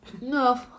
No